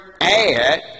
add